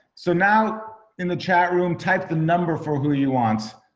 so now in the chat room, type the number for who you want.